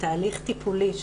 בתהליך טיפולי,